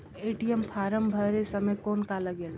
ATM form भरे समय कौन का लगेल?